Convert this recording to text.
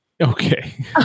okay